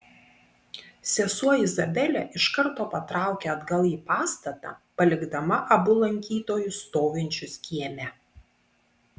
sesuo izabelė iš karto patraukė atgal į pastatą palikdama abu lankytojus stovinčius kieme